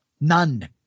None